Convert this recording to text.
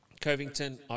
Covington